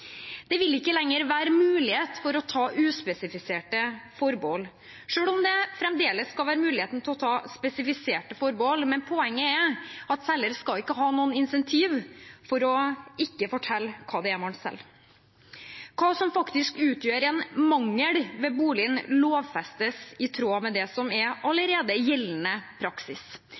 Det vil ikke lenger være mulighet for å ta uspesifiserte forbehold selv om det fremdeles skal være mulighet til å ta spesifiserte forbehold. Poenget er at selger ikke skal ha noen incentiver for ikke å fortelle hva det er man selger. Hva som faktisk utgjør en mangel ved boligen, lovfestes i tråd med det som allerede er gjeldende praksis.